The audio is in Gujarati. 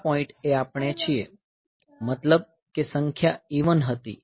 આ પોઈન્ટએ આપણે છીએ મતલબ કે સંખ્યા ઇવન હતી